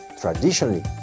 traditionally